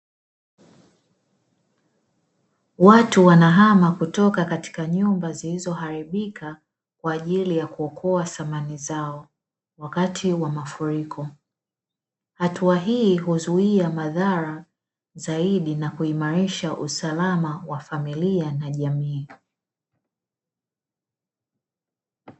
Watu wanahama kutoka katika nyumba zilizoharibika kwa ajili ya kuokoa samani zao wakati wa mafuriko, hatua hii huzuia madhara zaidi na kuimarisha usalama wa familia na jamii.